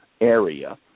area